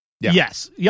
Yes